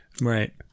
Right